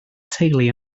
teulu